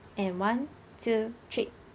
and one two three